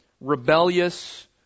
rebellious